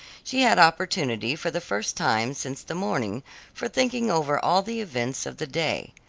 she had opportunity for the first time since the morning for thinking over all the events of the day.